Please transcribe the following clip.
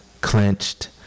clenched